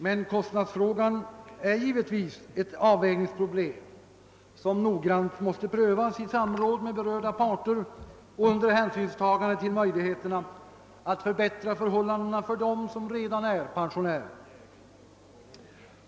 Men kostnadsfrågan är givetvis ett avvägningsproblem som noggrant måste prövas i samråd med berörda parter och under hänsynstagande till möjligheterna att förbättra förhållandena för dem som redan är pensionärer.